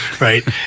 right